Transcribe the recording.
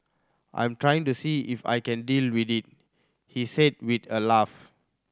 I'm trying to see if I can deal with it he said with a laugh